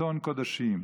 צאן קודשים,